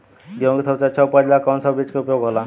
गेहूँ के सबसे अच्छा उपज ला कौन सा बिज के उपयोग होला?